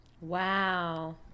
Wow